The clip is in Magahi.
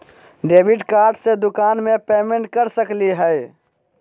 डेबिट कार्ड से दुकान में पेमेंट कर सकली हई?